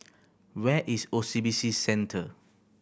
where is O C B C Centre